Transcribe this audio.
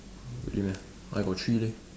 really meh I got three leh